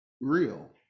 real